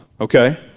okay